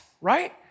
right